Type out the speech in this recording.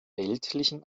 weltlichen